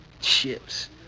chips